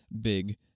big